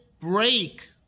break